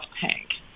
tank